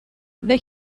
they